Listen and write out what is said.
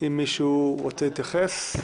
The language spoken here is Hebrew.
מישהו רוצה להתייחס?